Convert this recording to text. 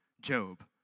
Job